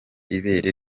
ibere